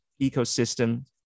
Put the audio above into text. ecosystem